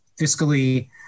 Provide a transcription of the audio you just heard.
fiscally